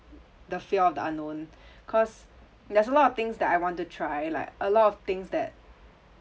the fear of the unknown cause there's a lot of things that I want to try like a lot of things that